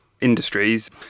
industries